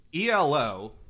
ELO